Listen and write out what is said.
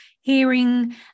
hearing